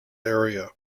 area